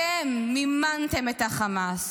אתם מימנתם את החמאס,